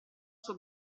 suo